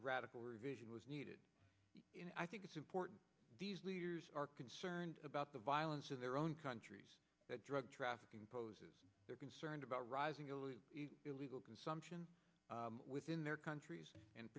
radical revision was needed i think it's important these leaders are concerned about the violence in their own countries that drug trafficking poses they're concerned about rising illegal consumption within their countries